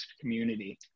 community